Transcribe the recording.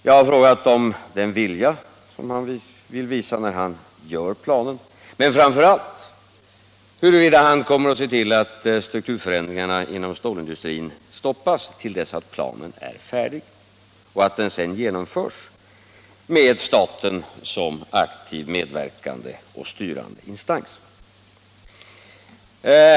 Jag har frågat om den vilja han kommer att visa när han gör planen men framför allt huruvida han kommer att se till att strukturförändringarna inom stålindustrin stoppas till dess att planen är färdig och att denna sedan genomförs med staten som aktivt medverkande och styrande instans.